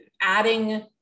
adding